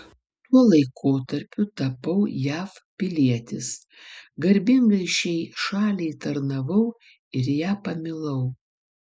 tuo laikotarpiu tapau jav pilietis garbingai šiai šaliai tarnavau ir ją pamilau